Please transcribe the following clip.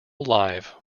live